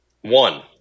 one